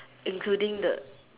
including the